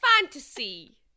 fantasy